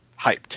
hyped